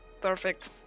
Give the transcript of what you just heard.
Perfect